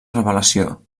revelació